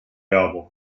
album